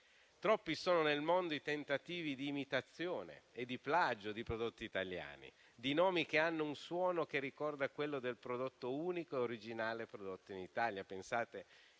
Troppi sono nel mondo i tentativi di imitazione e di plagio di prodotti italiani, di nomi che hanno un suono che ricorda quello del prodotto unico e originale prodotto in Italia.